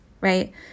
right